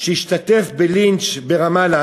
שהשתתף בלינץ' ברמאללה.